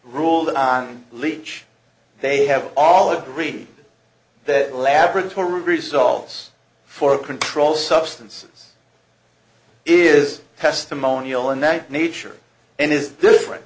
ruled on bleach they have all agreed that the laboratory results for controlled substances is testimonial and that nature and is different